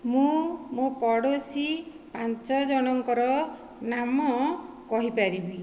ମୁଁ ମୋ ପଡ଼ୋଶୀ ପାଞ୍ଚଜଣଙ୍କର ନାମ କହିପାରିବି